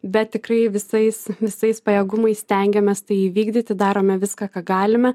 bet tikrai visais visais pajėgumais stengiamės tai įvykdyti darome viską ką galime